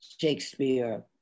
Shakespeare